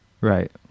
Right